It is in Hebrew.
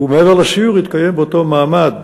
ומעבר לסיור, התקיים באותו מעמד